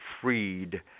freed